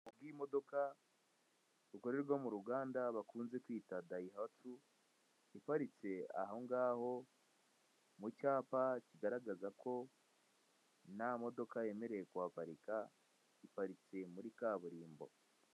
Imodoka ikorerwa mu ruganda bakunze kwita Dayihatsu, iparitse aho ngaho mu cyapa kigaragaza ko nta modoka yemerewe kuhaparika, iparitse muri kaburimbo.